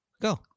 Go